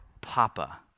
papa